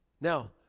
Now